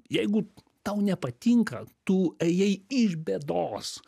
jeigu tau nepatinka tu ėjai iš bėdos